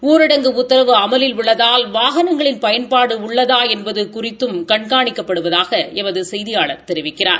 ஊரடங்கு உத்தரவு அமலில் உள்ளதால் வாகனங்களின் பயன்பாடு உள்ளதா என்பது குறித்த பணிகளும் இதன் மூலம் மேற்கொள்ளப்படுவதாக எமது செய்தியாளர் தெரிவிக்கிறார்